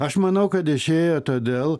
aš manau kad išėjo todėl